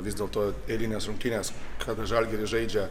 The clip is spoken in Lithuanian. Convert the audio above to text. vis dėl to eilinės rungtynės kada žalgiris žaidžia